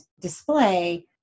display